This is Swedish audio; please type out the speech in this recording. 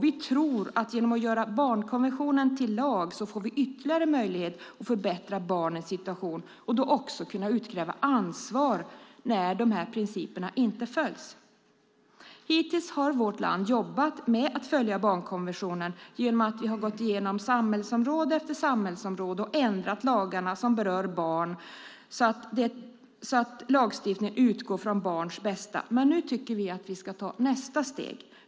Vi tror att vi genom att göra barnkonventionen till lag får ytterligare möjligheter att förbättra barnens situation och då också kunna utkräva ansvar när principerna inte följs. Hittills har vi i vårt land jobbat med att följa barnkonventionen genom att gå igenom samhällsområde efter samhällsområde och ändra de lagar som berör barn så att lagstiftningen utgår från barns bästa. Men nu tycker vi att vi ska ta nästa steg.